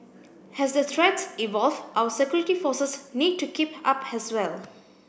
as the threats evolve our security forces need to keep up as well